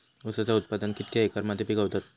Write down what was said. ऊसाचा उत्पादन कितक्या एकर मध्ये पिकवतत?